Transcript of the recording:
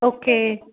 okay